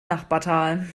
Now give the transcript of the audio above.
nachbartal